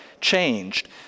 changed